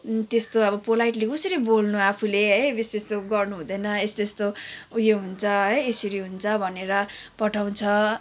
त्यस्तो अब पोलाइटली कसरी बोल्नु आफूले है अब यस्तो यस्तो गर्नु हुँदैन यस्तो यस्तो उयो हुन्छ है यसरी हुन्छ भनेर पठाउँछ